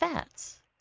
fats.